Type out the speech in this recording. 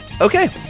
okay